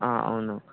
అవును